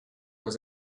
was